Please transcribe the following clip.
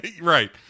right